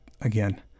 again